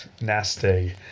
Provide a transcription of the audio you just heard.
nasty